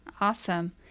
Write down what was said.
Awesome